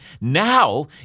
now